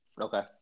Okay